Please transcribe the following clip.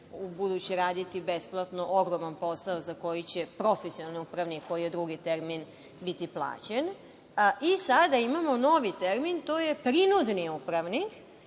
u buduće raditi besplatno ogroman posao, za koji će profesionalni upravnik, koji je drugi termin, biti plaćen. Sada imamo novi termin, a to je prinudni upravnik,